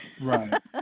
Right